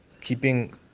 Keeping